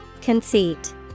Conceit